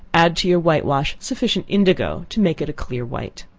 add to your white-wash sufficient indigo to make it a clear white.